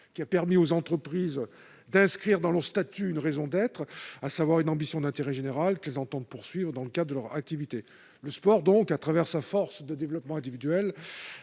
a permis aux entreprises d'inscrire dans leurs statuts une raison d'être, à savoir une ambition d'intérêt général qu'elles entendent poursuivre dans le cadre de leur activité. Le sport, au travers de sa force de développement individuel,